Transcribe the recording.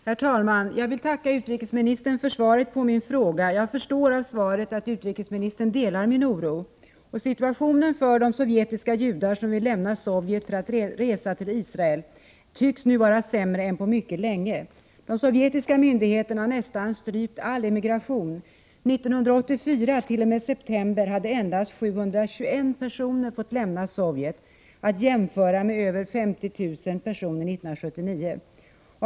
Herr talman! Jag vill tacka utrikesministern för svaret på min fråga. Jag förstår av svaret att utrikesministern delar min oro. Situationen för de sovjetiska judar som vill lämna Sovjet för att resa till Israel tycks nu vara sämre än på mycket länge. De sovjetiska myndigheterna har nästan strypt all emigration. Under år 1984 hade t.o.m. september månad endast 721 personer fått lämna Sovjet — att jämföra med 51 303 år 1979.